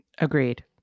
Agreed